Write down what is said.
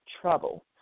trouble